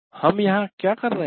हम यहां क्या कर रहे हैं